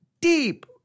deep